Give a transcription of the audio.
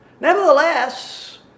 Nevertheless